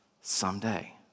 someday